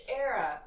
era